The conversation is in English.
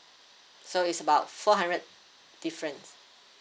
so is about four hundred difference